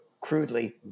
crudely